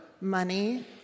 money